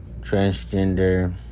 transgender